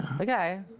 Okay